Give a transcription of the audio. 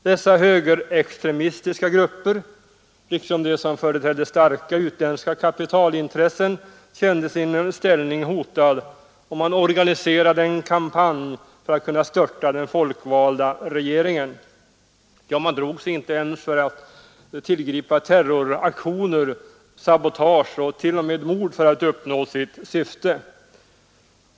Dessa högerextremistiska grupper liksom grupper som företrädde starka utländska kapitalintressen kände sin ställning hotad, och man organiserade en kampanj för att störta den folkvalda regeringen. Man drog sig inte ens för terroraktioner, sabotage och t.o.m. mord för att uppnå sitt syfte.